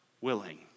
willing